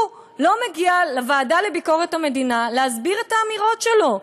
הוא לא מגיע לוועדה לביקורת המדינה להסביר את האמירות שלו,